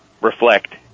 reflect